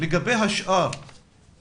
לגבי השאר,